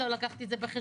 לא לקחתי את זה בחשבון,